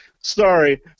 sorry